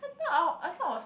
that time I I thought I was